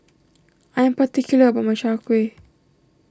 I am particular about my Chai Kueh